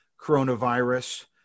coronavirus